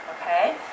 Okay